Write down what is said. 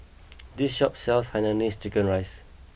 this shop sells Hainanese Chicken Rice